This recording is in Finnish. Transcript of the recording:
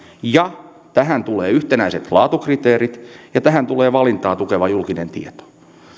tähän tulee yhtenäiset laatukriteerit ja tähän tulee valintaa tukeva julkinen tieto